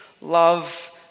love